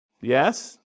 Yes